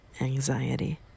anxiety